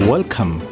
Welcome